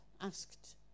asked